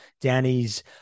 danny's